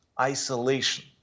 Isolation